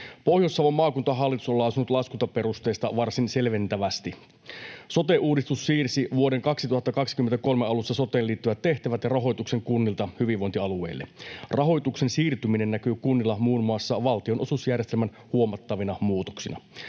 Pohjois-Savon maakuntahallitus on lausunut laskentaperusteista varsin selventävästi. Sote-uudistus siirsi vuoden 2023 alussa soteen liittyvät tehtävät ja rahoituksen kunnilta hyvinvointialueille. Rahoituksen siirtyminen näkyy kunnilla muun muassa valtionosuusjärjestelmän huomattavina muutoksina.